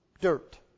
dirt